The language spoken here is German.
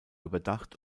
überdacht